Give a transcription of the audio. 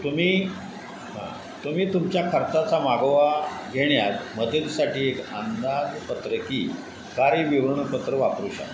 तुम्ही तुम्ही तुमच्या खर्चाचा मागोवा घेण्यात मदतीसाठी एक अंदाजपत्रकी कार्यविवरणपत्र वापरू शकता